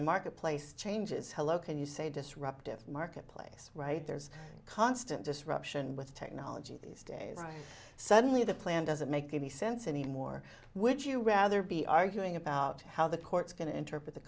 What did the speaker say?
the marketplace changes hello can you say disruptive marketplace right there's constant disruption with technology these days suddenly the plan doesn't make any sense anymore would you rather be arguing about how the court's going to interpret the